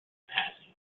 passing